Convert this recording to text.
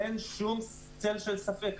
אין שום צל של ספק.